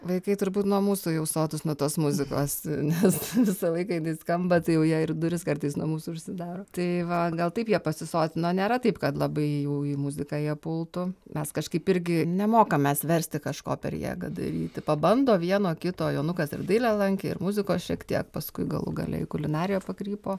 vaikai turbūt nuo mūsų jau sotūs nuo tos muzikos nes visą laiką jinai skamba tai jau jie ir duris kartais nuo mūsų užsidaro tai va gal taip jie pasisotino nėra taip kad labai jau į muziką jie pultų mes kažkaip irgi nemokam mes versti kažko per jėgą daryti pabando vieno kito jonukas ir dailę lankė ir muzikos šiek tiek paskui galų gale į kulinariją pakrypo